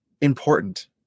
Important